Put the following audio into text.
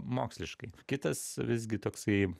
moksliškai kitas visgi toksai